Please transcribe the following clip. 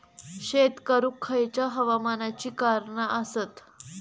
शेत करुक खयच्या हवामानाची कारणा आसत?